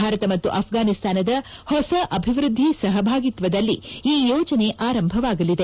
ಭಾರತ ಮತ್ತು ಅಫ್ಘಾನಿಸ್ತಾನದ ಹೊಸ ಅಭಿವೃದ್ಧಿ ಸಹಭಾಗಿತ್ವದಲ್ಲಿ ಈ ಯೋಜನೆ ಆರಂಭವಾಗಲಿದೆ